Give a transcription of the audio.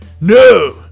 no